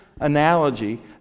analogy